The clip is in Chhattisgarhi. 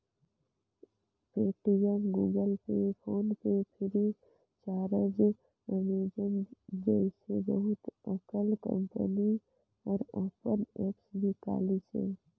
Paytm, Google Pay, PhonePe Freecharge, Amazon जइसे बहुत अकन कंपनी हर अपन ऐप्स निकालिसे